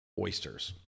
oysters